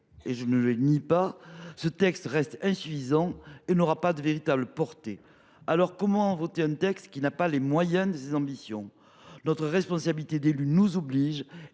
que je ne nie pas, ce texte reste t il insuffisant : il n’aura pas de véritable portée. Comment voterions nous un texte qui n’a pas les moyens de ses ambitions ? Notre responsabilité d’élus nous oblige